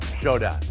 Showdown